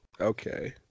Okay